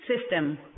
system